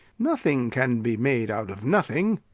nothing can be made out of nothing.